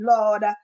Lord